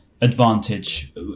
advantage